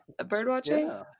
birdwatching